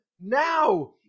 now